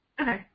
Okay